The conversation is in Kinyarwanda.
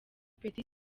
petit